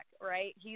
right